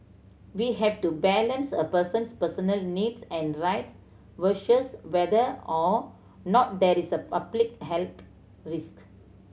we have to balance a person's personal needs and rights versus whether or not there is a public health risk